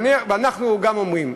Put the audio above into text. ואנחנו גם אומרים: